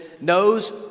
knows